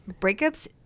breakups